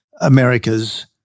America's